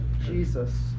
Jesus